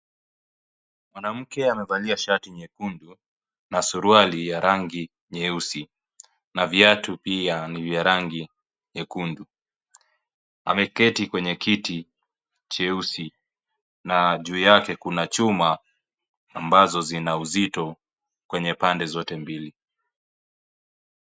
Mwanamke amevalia shati nyekundu na suruali ya rangi nyeusi na viatu pia ni vya rangi nyekundu, ameketi kwenye kiti cheusi na juu yake kuna chuma ambazo zina uzito kwenye pande zote mbilj.